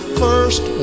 first